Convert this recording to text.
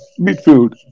midfield